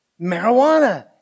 marijuana